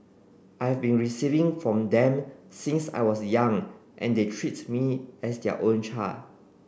I have been receiving from them since I was young and they treat me as their own